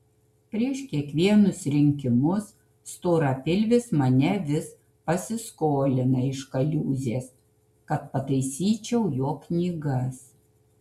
prieš kiekvienus rinkimus storapilvis mane vis pasiskolina iš kaliūzės kad pataisyčiau jo knygas